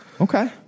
Okay